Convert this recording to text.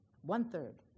One-third